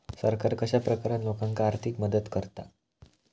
सरकार कश्या प्रकारान लोकांक आर्थिक मदत करता?